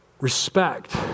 respect